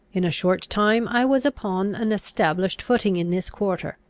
in a short time i was upon an established footing in this quarter.